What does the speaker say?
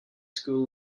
school